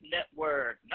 Network